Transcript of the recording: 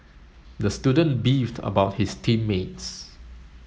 the student beefed about his team mates